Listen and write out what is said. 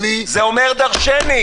זה אומר דרשני.